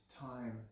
time